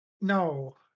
no